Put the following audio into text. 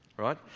right